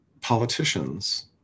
politicians